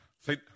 Say